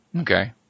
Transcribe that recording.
Okay